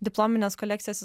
diplominis kolekcijos